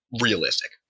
realistic